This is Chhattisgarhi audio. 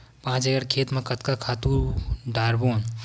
पांच एकड़ खेत म कतका खातु डारबोन?